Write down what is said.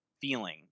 feeling